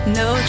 no